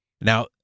Now